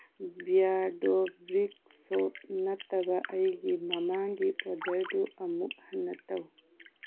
beardo brick shop ꯅꯠꯇꯕ ꯑꯩꯒꯤ ꯃꯃꯥꯡꯒꯤ ꯑꯣꯗꯔꯗꯨ ꯑꯃꯨꯛ ꯍꯟꯅ ꯇꯧ